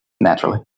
Naturally